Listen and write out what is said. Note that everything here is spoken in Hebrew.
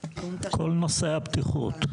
כל נושא הבטיחות,